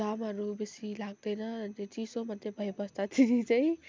घानमहरू बेसी लाग्दैन र चिसो मात्रै भई बस्दाखेरि चाहिँ